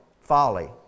Folly